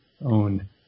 own